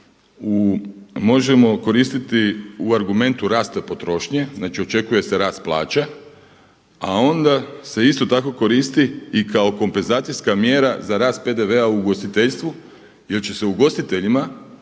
možemo koristiti u argumentu rasta potrošnje. Znači, očekuje se rast plaća, a onda se isto tako koristi i kao kompenzacijska mjera za rast PDV-a u ugostiteljstvu, jer će se ugostiteljima smanjiti